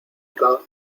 radar